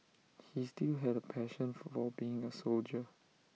he still had A passion for being A soldier